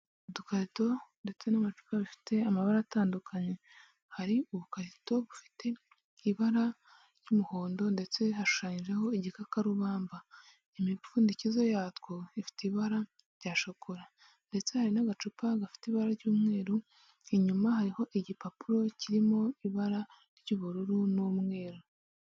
Udukato ndetse n'amacupa bifite amabara atandukanye, hari ubukarito bufite ibara ry'umuhondo ndetse hashanyijeho igikakarubamba, imipfundikizo yatwo ifite ibara rya shokora ndetse hari n'agacupa gafite ibara ry'umweru, inyuma hariho igipapuro kirimo ibara ry'ubururu n'umweru.